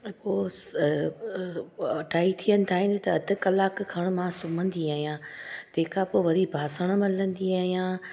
त पो स अ अ अढाई थियंदा आहिनि त अधु कलाकु खणु मां सुम्हंदी आहियां तंहिंखां पोइ वरी बासण मलंदी आहियां